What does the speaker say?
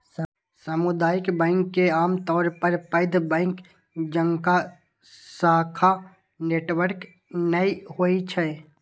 सामुदायिक बैंक के आमतौर पर पैघ बैंक जकां शाखा नेटवर्क नै होइ छै